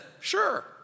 sure